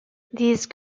these